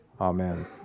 Amen